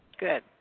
Good